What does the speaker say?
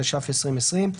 התש"ף 2020,